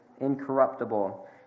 incorruptible